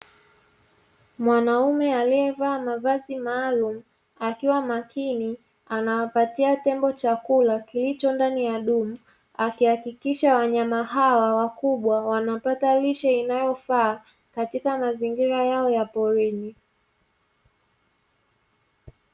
Mwanaume aliyevaa mavazi maalumu akiwa makini anawapatia tembo chakula kilicho ndani ya dumu, akihakikisha wanyama hawa wakubwa wanapata lishe inayofaa katika mazingira yao ya porini.